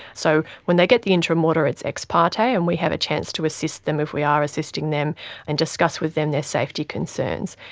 so when they get the interim order it's ex parte, and we have a chance to assist them if we are assisting them and discuss with them their safety concerns.